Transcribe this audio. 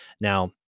Now